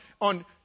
on